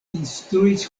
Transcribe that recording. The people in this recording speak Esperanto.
instruis